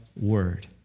word